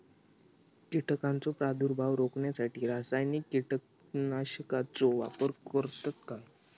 कीटकांचो प्रादुर्भाव रोखण्यासाठी रासायनिक कीटकनाशकाचो वापर करतत काय?